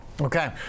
okay